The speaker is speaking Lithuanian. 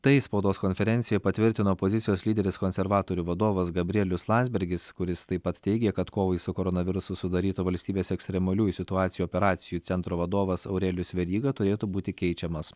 tai spaudos konferencijoj patvirtino opozicijos lyderis konservatorių vadovas gabrielius landsbergis kuris taip pat teigė kad kovai su koronavirusu sudaryto valstybės ekstremaliųjų situacijų operacijų centro vadovas aurelijus veryga turėtų būti keičiamas